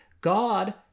God